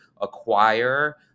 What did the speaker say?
acquire